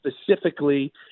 specifically